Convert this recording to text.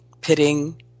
pitting